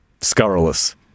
scurrilous